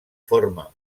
forma